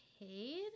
paid